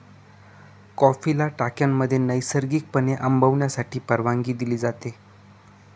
कॉफीला टाक्यांमध्ये नैसर्गिकपणे आंबवण्यासाठी परवानगी दिली जाते